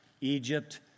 Egypt